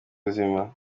ubuzima